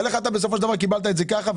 אתה בסופו של דבר קיבלת את זה ככה,